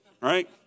right